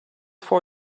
for